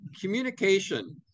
communication